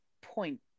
point